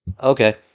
Okay